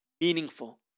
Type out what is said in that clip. meaningful